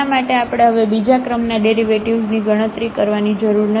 તેથી તેના માટે આપણે હવે બીજા ક્રમના ડેરિવેટિવ્ઝની ગણતરી કરવાની જરૂર છે